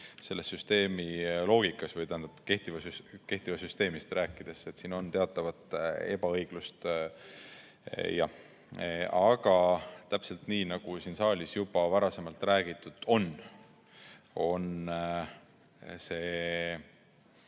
selles süsteemi loogikas, tähendab, kehtivast süsteemist rääkides on siin teatavat ebaõiglust, jah. Aga täpselt nii, nagu siin saalis juba varasemalt räägitud on, on see